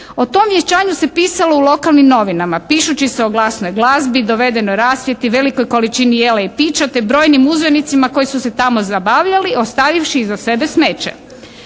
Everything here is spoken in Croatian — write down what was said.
o tom vjenčanju se pisalo u lokalnim novinama, pišući se o glasnoj glazbi, dovedenoj rasvjeti, velikoj količini jela i pića te brojnim uzvanicima koji su se tamo zabavljali ostavivši iza sebe smeće.